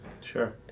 Sure